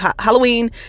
Halloween